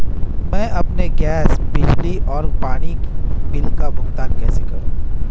मैं अपने गैस, बिजली और पानी बिल का भुगतान कैसे करूँ?